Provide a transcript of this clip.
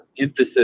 emphasis